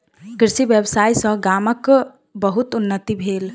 कृषि व्यवसाय सॅ गामक बहुत उन्नति भेल